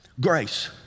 Grace